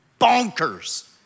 bonkers